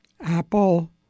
Apple